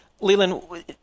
Leland